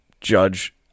Judge